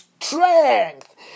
strength